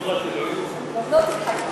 (שותק)